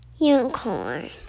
Unicorn